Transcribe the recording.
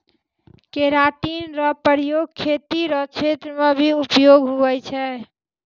keratin रो प्रयोग खेती रो क्षेत्र मे भी उपयोग हुवै छै